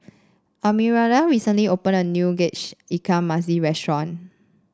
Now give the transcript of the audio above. Arminda recently opened a new Tauge Ikan Masin restaurant